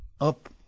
up